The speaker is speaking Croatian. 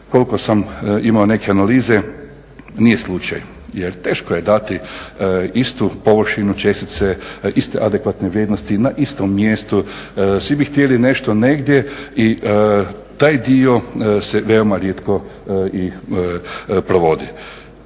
koliko sam imao neke analize, nije slučaj. Jer teško je dati istu površinu čestice, iste adekvatne vrijednosti na istom mjestu. Svi bi htjeli nešto negdje i taj dio se veoma rijetko i provodi.